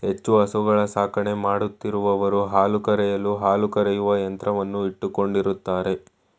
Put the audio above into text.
ಹೆಚ್ಚು ಹಸುಗಳ ಸಾಕಣೆ ಮಾಡುತ್ತಿರುವವರು ಹಾಲು ಕರೆಯಲು ಹಾಲು ಕರೆಯುವ ಯಂತ್ರವನ್ನು ಇಟ್ಟುಕೊಂಡಿರುತ್ತಾರೆ